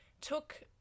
took